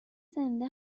زنده